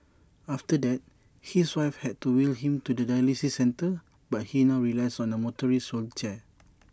after that his wife had to wheel him to the dialysis centre but he now relies on A motorised wheelchair